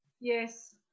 Yes